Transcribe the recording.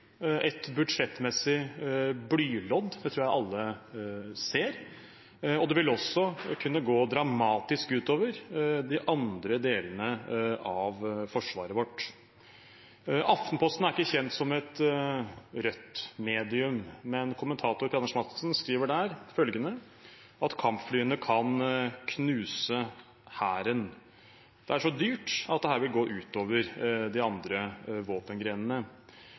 et budsjettmessig blylodd – det tror jeg alle ser – og det vil også kunne gå dramatisk ut over de andre delene av Forsvaret vårt. Aftenposten er ikke kjent som et Rødt-medium, men kommentator Per Anders Madsen skriver der: «Kampflyene kan knuse Hæren». Det er så dyrt at dette vil gå ut over de andre våpengrenene.